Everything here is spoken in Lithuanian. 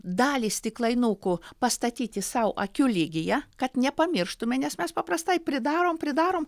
dalį stiklainukų pastatyti sau akių lygyje kad nepamirštume nes mes paprastai pridarom pridarom